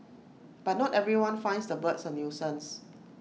but not everyone finds the birds A nuisance